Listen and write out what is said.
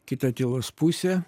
kita tylos pusė